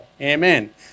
amen